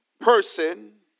person